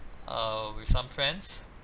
err with some friends